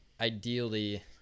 ideally